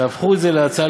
תהפכו את זה להצעה